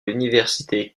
l’université